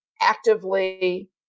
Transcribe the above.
actively